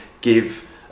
give